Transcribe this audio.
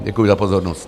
Děkuji za pozornost.